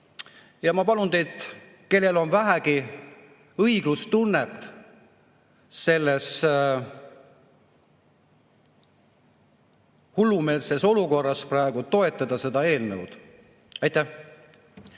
Ma palun teilt, kellel on vähegi õiglustunnet, selles hullumeelses olukorras praegu toetada seda eelnõu. Aitäh!